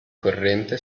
corrente